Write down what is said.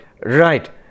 Right